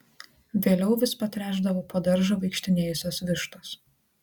vėliau vis patręšdavo po daržą vaikštinėjusios vištos